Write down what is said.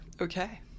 Okay